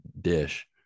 dish